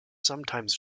sometimes